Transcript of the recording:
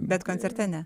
bet koncerte ne